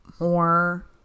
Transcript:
More